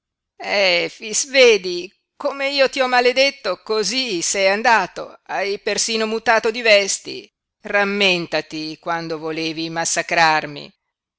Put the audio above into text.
riprenderle efix vedi come io ti ho maledetto cosí sei andato hai persino mutato di vesti rammentati quando volevi massacrarmi sono